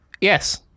Yes